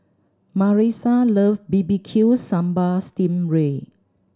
Marisa love B B Q Sambal sting ray